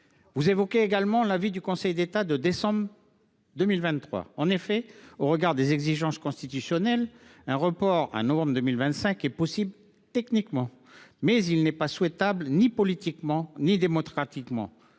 Vous évoquez également l’avis du Conseil d’État de décembre 2023. Au regard des exigences constitutionnelles, un report à novembre 2025 est effectivement possible techniquement, mais il n’est souhaitable ni politiquement ni démocratiquement.